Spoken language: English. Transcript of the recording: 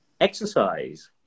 Exercise